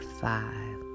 five